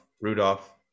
Rudolph